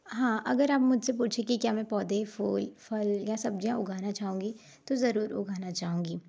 हाँ अगर आप मुझसे पूछे कि क्या मैं पौधे फूल फल या सब्जियाँ उगाना चाहूंगी तो ज़रूर उगाना चाहूँगी